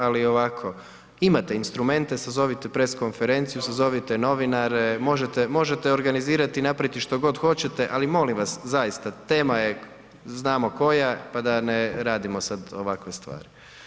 Ali, ovako, imate instrumente, sazovite press konferenciju, sazovite novinare, možete organizirati i napraviti što god hoćete, ali molim vas, zaista tema je, znamo koja, pa da ne radimo sada ovakve stvari.